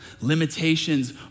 Limitations